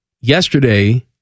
Yesterday